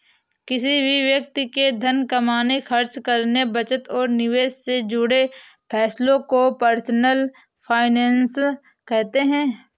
किसी भी व्यक्ति के धन कमाने, खर्च करने, बचत और निवेश से जुड़े फैसलों को पर्सनल फाइनैन्स कहते हैं